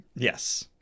Yes